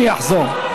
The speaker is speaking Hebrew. אחזור.